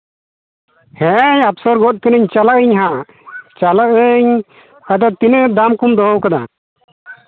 ᱦᱮᱸ ᱚᱯᱥᱚᱨ ᱜᱚᱫ ᱠᱟᱹᱱᱟᱹᱧ ᱪᱟᱞᱟᱜ ᱟᱹᱧ ᱦᱟᱸᱜ ᱪᱟᱞᱟᱜ ᱟᱹᱧ ᱟᱫᱚ ᱛᱤᱱᱟᱹᱜ ᱫᱟᱢ ᱠᱚᱢ ᱫᱚᱦᱚᱣ ᱠᱟᱫᱟ